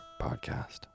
podcast